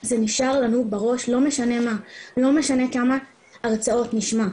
לא משנה מה, לא משנה כמה הרצאות נשמע.